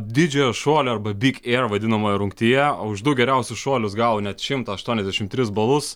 didžiojo šuolio arba big ėr vadinamoje rungtyje už du geriausius šuolius gavo net šimtą aštuoniasdešimt tris balus